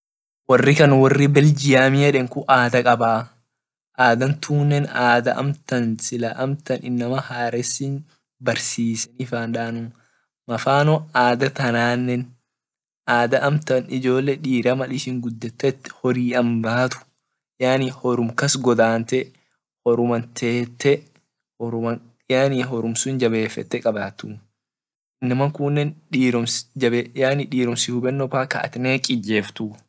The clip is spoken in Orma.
Wori kan wor belgium kun ada kaba ada tunne ada amtan inama haresi barsis mafano ada tane ada amta mal ijole diran gudet horian bat yaani horim kas godante horuman ban yaani horum sum jabefete inama kune diroms hubeno mpaka at nek ijesitu.